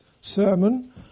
sermon